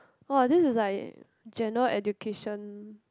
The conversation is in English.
!wah! this is like general education